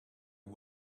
are